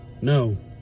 no